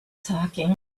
talking